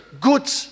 good